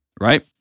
right